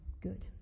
good